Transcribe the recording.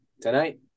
tonight